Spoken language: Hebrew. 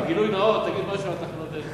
לגילוי נאות תגיד משהו על תחנות דלק.